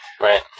right